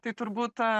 tai turbūt ta